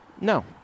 No